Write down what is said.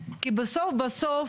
כי בסוף בסוף